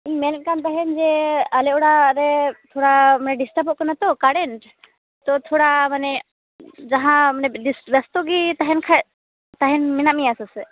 ᱤᱧ ᱢᱮᱱᱮᱫ ᱠᱟᱱ ᱛᱟᱦᱮᱱ ᱡᱮ ᱟᱞᱮ ᱚᱲᱟᱜ ᱨᱮ ᱛᱷᱚᱲᱟ ᱰᱤᱥᱴᱟᱵᱚᱜ ᱠᱟᱱᱟ ᱛᱚ ᱠᱟᱨᱮᱱᱴ ᱛᱚ ᱛᱷᱚᱲᱟ ᱢᱟᱱᱮ ᱡᱟᱦᱟᱸ ᱢᱟᱱᱮ ᱵᱮᱥᱛᱚ ᱜᱮ ᱛᱟᱦᱮᱱ ᱠᱷᱟᱱ ᱛᱟᱦᱮᱱ ᱢᱮᱱᱟᱜ ᱢᱮᱭᱟ ᱥᱮ ᱪᱮᱫ